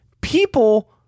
people